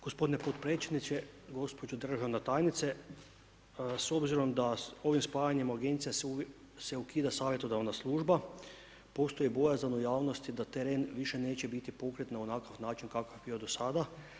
Gospodine potpredsjedniče, gospođo državna tajnice s obzirom da ovim spajanjem Agencija se ukida savjetodavna služba postoji bojazan u javnosti da teren više neće biti pokrit na onakav način kakav je do sada.